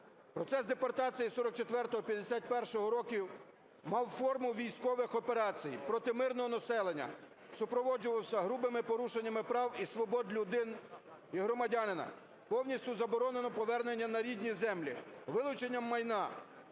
Процес депортації 1944-1951 років мав форму військових операцій проти мирного населення, супроводжувався грубими порушеннями прав і свобод людини і громадянина: повністю заборонено повернення на рідні землі, вилучення майна.